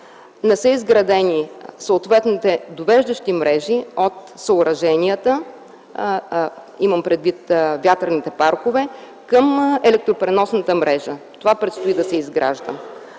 не са изградени съответните довеждащи мрежи от съоръженията – имам предвид вятърните паркове, към електропреносната мрежа, това предстои да се изгражда.